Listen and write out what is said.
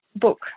Book